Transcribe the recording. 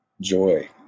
joy